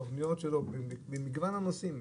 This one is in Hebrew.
תוכניות במגוון נושאים.